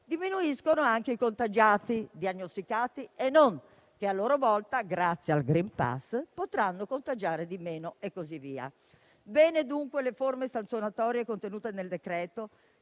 diminuiscono anche i contagiati, diagnosticati e non, che a loro volta, grazie al *green pass*, potranno contagiare di meno e così via. Bene, dunque, le forme sanzionatorie contenute nel decreto-legge,